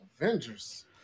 Avengers